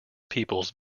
peoples